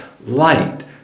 light